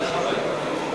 יש לך שאלה נוספת?